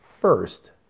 first